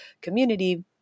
community